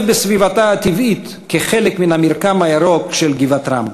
בסביבתה הטבעית כחלק מן המרקם הירוק של גבעת-רם.